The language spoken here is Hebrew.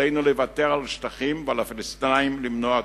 עלינו לוותר על שטחים, ועל הפלסטינים למנוע טרור.